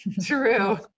True